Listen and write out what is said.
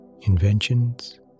inventions